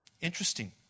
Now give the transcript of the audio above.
Interesting